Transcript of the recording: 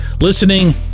listening